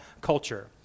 culture